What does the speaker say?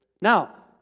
Now